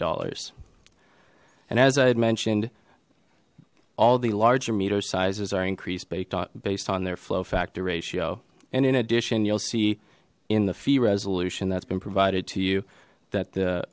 dollars and as i had mentioned all the larger meter sizes are increased based on their flow factor ratio and in addition you'll see in the fee resolution that's been provided to you that